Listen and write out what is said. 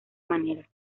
manera